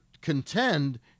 contend